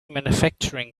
manufacturing